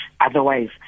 Otherwise